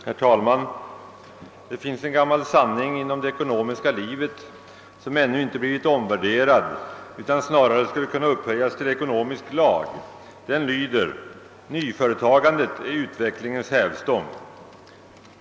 Herr talman! Det finns en gammal sanning inom det ekonomiska livet som ännu inte blivit omvärderad utan snarare skulle kunna upphöjas till ekonomisk lag. Den lyder: Nyföretagandet är utvecklingens hävstång.